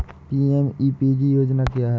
PMEPG योजना क्या है?